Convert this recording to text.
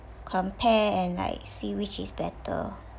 compare and like see which is better